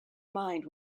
mind